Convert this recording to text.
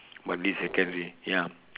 Bartley secondary ya